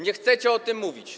Nie chcecie o tym mówić.